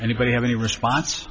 anybody have any response